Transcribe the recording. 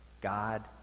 God